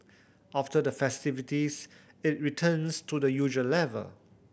after the festivities it returns to the usual level